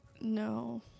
No